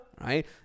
right